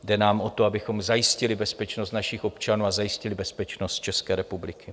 Jde nám o to, abychom zajistili bezpečnost našich občanů a zajistili bezpečnost České republiky.